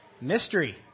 Mystery